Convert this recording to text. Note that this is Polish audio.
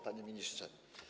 Panie Ministrze!